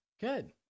Good